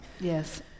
Yes